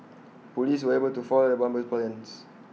Police were able to foil the bomber's plans